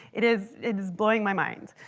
it is it is blowing my mind.